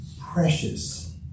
precious